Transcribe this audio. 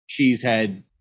cheesehead